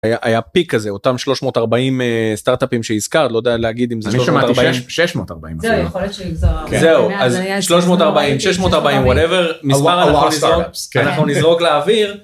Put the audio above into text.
היה, היה פיק הזה אותם 340 סטארטאפים שהזכרת לא יודע להגיד אם זה מישהו ששמות ארבעים ששמות ארבעים, זהו אז שש מאות ארבעים וואט אבר ואנחנו נזרוק לאוויר.